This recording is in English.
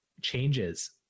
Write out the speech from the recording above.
changes